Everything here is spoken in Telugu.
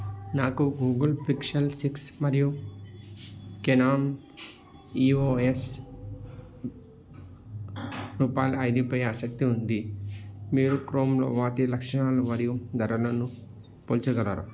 నాకు గూగుల్ పిక్సెల్ సిక్స్ మరియు కెనాన్ ఈఓఎస్ రూపాల ఐదుపై ఆసక్తి ఉంది మీరు క్రోమ్లో వాటి లక్షణాలు మరియు ధరలను పోల్చగలరా